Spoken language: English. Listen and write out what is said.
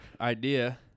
idea